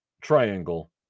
triangle